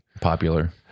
Popular